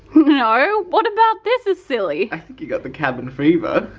no what about this is silly? i think you got the cabin fever.